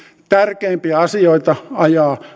tärkeimpiä asioita ajaa